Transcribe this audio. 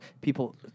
people